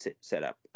setup